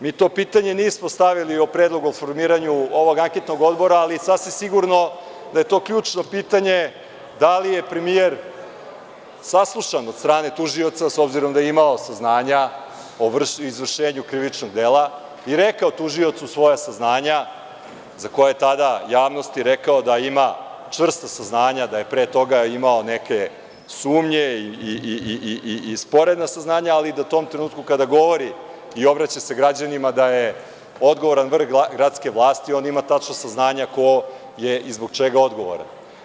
Mi to pitanje nismo stavili u predlog o formiranju ovog anketnog odbora, ali sasvim je sigurno da je to ključno pitanje da li je premijer saslušan od strane tužioca, s obzirom da je imao saznanja o izvršenju krivičnog dela i rekao tužiocu svoja saznanja za koja je tada javnosti rekao da ima čvrsta saznanja da je pre toga imao neke sumnje i sporedna saznanja, ali da u tom trenutku, kada govori i obraća se građanima, da je odgovoran vrh gradske vlasti, onda ima tačna saznanja ko je i zbog čega odgovoran.